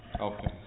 Okay